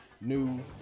new